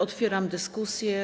Otwieram dyskusję.